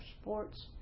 sports